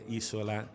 isola